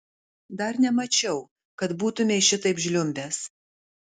dar nemačiau kad būtumei šitaip žliumbęs